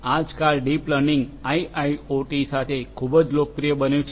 આજકાલ deep learning IIoT સાથે ખૂબ જ લોકપ્રિય બન્યું છે